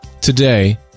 Today